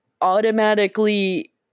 automatically